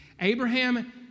Abraham